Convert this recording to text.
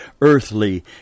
earthly